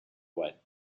while